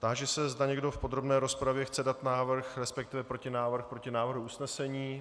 Táži se, zda někdo v podrobné rozpravě chce dát návrh, resp. protinávrh proti návrhu usnesení.